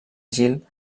gil